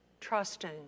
Trusting